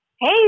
hey